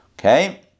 Okay